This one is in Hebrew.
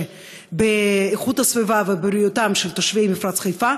באיכות הסביבה ובבריאות תושבי מפרץ חיפה,